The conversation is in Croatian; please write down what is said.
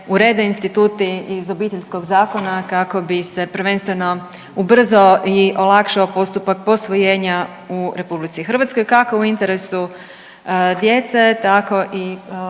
urede instituti iz Obiteljskog zakona kako bi se prvenstveno ubrzao i olakšao postupak posvojenja u RH kako u interesu djece tako i posvojitelja,